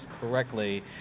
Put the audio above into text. correctly